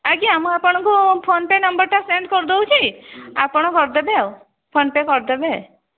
ଆଜ୍ଞା ମୁଁ ଆପଣଙ୍କୁ ଫୋନ୍ ପେ ନମ୍ବରଟା ସେଣ୍ଡ କରି ଦେଉଛି ଆପଣ କରିଦେବେ ଆଉ ଫୋନ୍ ପେ କରିଦେବେ